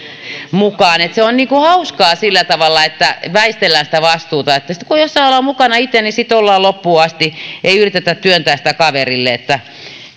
mukaan se on hauskaa sillä tavalla väistellään sitä vastuuta sitten kun jossain ollaan mukana itse sitten ollaan loppuun asti ei yritetä työntää sitä kaverille